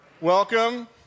welcome